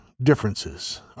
Differences